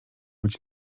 być